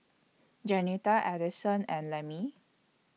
Jeanetta Addison and Lemmie